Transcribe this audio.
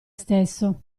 stesso